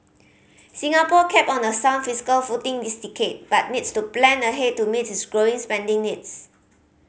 Singapore kept on a sound fiscal footing this decade but needs to plan ahead to meet its growing spending needs